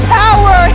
power